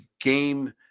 game